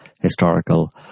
historical